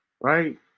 right